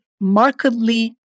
markedly